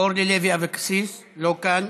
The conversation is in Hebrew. אורלי לוי אבקסיס, לא כאן.